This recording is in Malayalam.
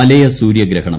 വലയ സൂര്യഗ്രഹണം